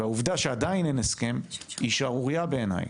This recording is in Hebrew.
והעובדה שעדיין אין הסכם, זה שערורייה בעיני.